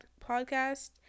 podcast